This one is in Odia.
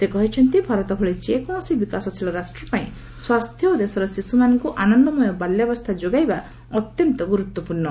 ସେ କହିଛନ୍ତି ଭାରତ ଭଳି ଯେକୌଣସି ବିକାଶଶୀଳ ରାଷ୍ଟ୍ର ପାଇଁ ସ୍ୱାସ୍ଥ୍ୟ ଓ ଦେଶର ଶିଶୁମାନଙ୍କୁ ଆନନ୍ଦମୟ ବାଲ୍ୟାବସ୍ଥା ଯୋଗାଇବା ଅତ୍ୟନ୍ତ ଗୁରୁତ୍ୱପୂର୍ଣ୍ଣ